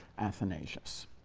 athanasius.